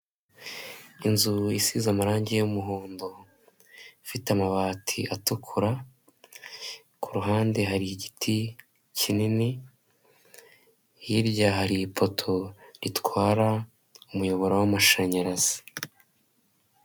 Inzu isize amarangi y'umuhondo, ifite amabati atukura, ku ruhande hari igiti kinini, hirya hari ipoto ritwara umuyoboro w'amashanyarazi.